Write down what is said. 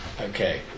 Okay